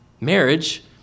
Marriage